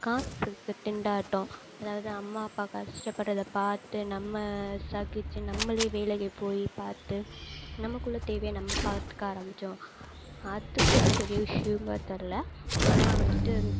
காசுக்கு திண்டாட்டம் அதாவது அம்மா அப்பா கஷ்டப்படுறத பார்த்து நம்ம சகித்து நம்மளே வேலைக்கு போய் பார்த்து நமக்குள்ள தேவையை நம்ம பார்த்துக்க ஆரம்மிச்சோம் அது கூட பெரிய இஷ்யூவாக தெரில ஆனால் வந்துவிட்டு